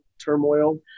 turmoil